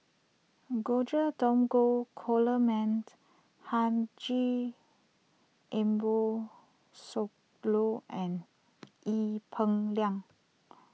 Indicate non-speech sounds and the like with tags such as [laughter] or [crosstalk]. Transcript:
George Dromgold Coleman [noise] Haji Ambo Sooloh and Ee Peng Liang